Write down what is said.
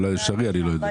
לא שריע.